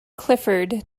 clifford